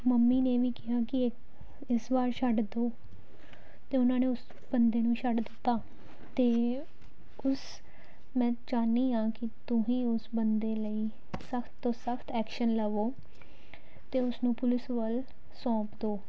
mummy ਨੇ ਵੀ ਕਿਹਾ ਕਿ ਇ ਇਸ ਵਾਰ ਛੱਡ ਦਿਓ ਅਤੇ ਉਹਨਾਂ ਨੇ ਉਸ ਬੰਦੇ ਨੂੰ ਛੱਡ ਦਿੱਤਾ ਅਤੇ ਉਸ ਮੈਂ ਚਾਹੁੰਦੀ ਹਾਂ ਕਿ ਤੁਸੀਂ ਉਸ ਬੰਦੇ ਲਈ ਸਖ਼ਤ ਤੋਂ ਸਖ਼ਤ ਐਕਸ਼ਨ ਲਵੋ ਅਤੇ ਉਸਨੂੰ ਪੁਲਿਸ ਵੱਲ ਸੌਂਪ ਦਿਓ